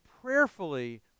prayerfully